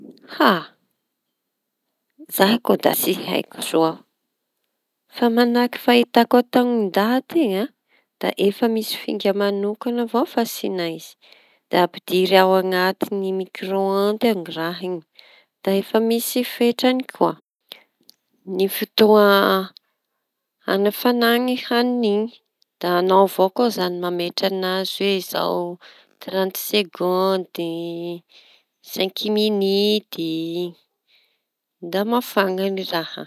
Zay koa da tsy haiko soa. Fa manahaky fahitako fataon- daty iñy e da efa misy finga manokana avao fanahiavana izy da ampididry anaty mikrôndy ao raha iñy da efa misy fetrany koa ny fotoa hanafana ny haniñy iñy da añao ko a izañy mametra an'azy tranty sekondy sinky minity da mafana ny raha.